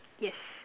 yes